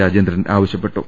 രാജേന്ദ്രൻ ആവശ്യപ്പെട്ടു